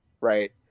right